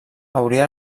hauria